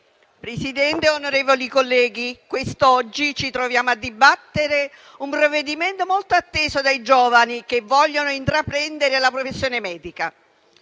Presidente, onorevoli colleghi, quest'oggi ci troviamo a dibattere un provvedimento molto atteso dai giovani che vogliono intraprendere la professione medica.